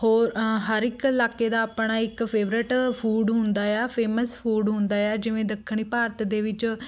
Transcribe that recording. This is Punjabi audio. ਹੋਰ ਹਰ ਇੱਕ ਇਲਾਕੇ ਦਾ ਆਪਣਾ ਇੱਕ ਫੇਵਰੇਟ ਫੂਡ ਹੁੰਦਾ ਏ ਆ ਫੇਮਸ ਫੂਡ ਹੁੰਦਾ ਏ ਆ ਜਿਵੇਂ ਦੱਖਣੀ ਭਾਰਤ ਦੇ ਵਿੱਚ